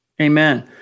Amen